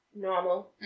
normal